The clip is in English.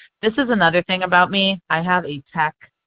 this is another thing about me, i have a tech